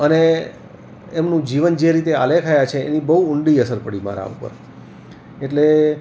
અને એમનું જીવન જે રીતે આલેખાયાં છે એની બહું ઊંડી અસર પડી મારાં ઉપર એટલે